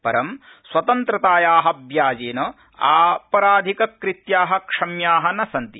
परं स्वतन्त्रताया व्याजेन आपराधिक कृत्या क्षम्या न सन्ति